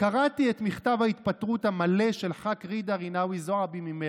"קראתי את מכתב ההתפטרות המלא של ח"כ ג'ידא רינאוי זועבי ממרצ,